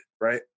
right